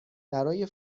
برای